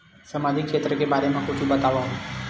सामाजिक क्षेत्र के बारे मा कुछु बतावव?